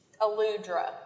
Aludra